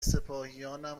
سپاهیانم